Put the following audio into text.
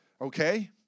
Okay